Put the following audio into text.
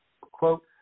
Quote